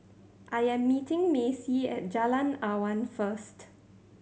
I am meeting Macy at Jalan Awan first